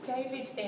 David